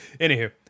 anywho